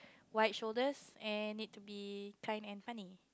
wide shoulders and need to be kind and funny